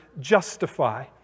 justify